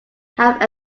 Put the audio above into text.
have